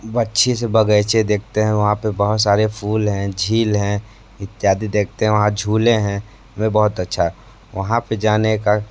अच्छे से बगीचे देखते हैं वहाँ पर बहुत सारे फूल हैं झील है इत्यादि देखते हैं वहाँ झूले हैं बहुत अच्छा वहाँ पर जाने का